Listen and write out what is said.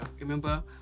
remember